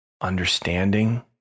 understanding